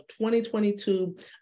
2022